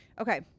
Okay